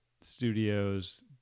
studios